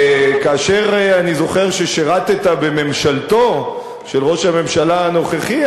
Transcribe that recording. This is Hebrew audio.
וכאשר אני זוכר ששירתָּ בממשלתו של ראש הממשלה הנוכחי,